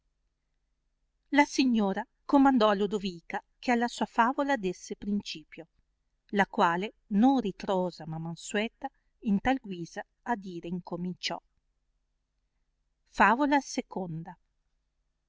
la signora comandò a lodovica che alla sua favola desse principio la quale non ritrosa ma mansueta in tal guisa a dire incominciò favola